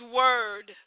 word